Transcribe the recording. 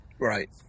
Right